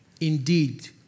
indeed